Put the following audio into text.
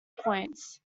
points